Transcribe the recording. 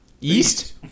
East